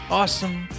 awesome